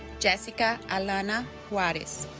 jessica alana juarez